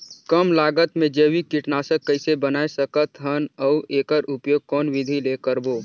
कम लागत मे जैविक कीटनाशक कइसे बनाय सकत हन अउ एकर उपयोग कौन विधि ले करबो?